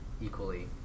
equally